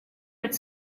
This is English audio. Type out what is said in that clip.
would